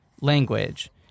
language